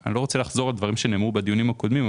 אני לא רוצה לחזור על דברים שנאמרו בדיונים הקודמים,